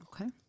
Okay